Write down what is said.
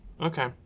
Okay